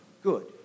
Good